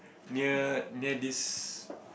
near near this